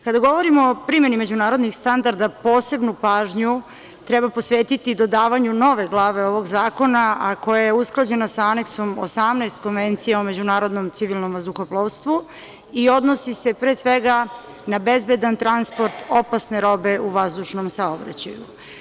Kada govorimo o primeni međunarodnih standarda, posebnu pažnju treba posvetiti dodavanju nove glave ovog zakona, a koja je usklađena sa Aneksom 18 Konvencije o međunarodnom civilnom vazduhoplovstvu i odnosi se, pre svega, na bezbedan transport opasne robe u vazdušnom saobraćaju.